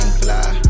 fly